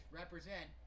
represent